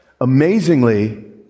Amazingly